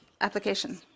application